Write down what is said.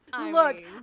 Look